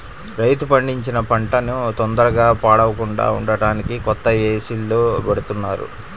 రైతు పండించిన పంటన తొందరగా పాడవకుండా ఉంటానికి కొత్తగా ఏసీల్లో బెడతన్నారుగా